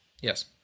Yes